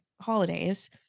holidays